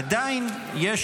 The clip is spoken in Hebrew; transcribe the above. עדיין יש